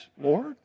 Lord